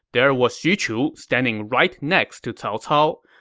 there was xu chu standing right next to cao cao.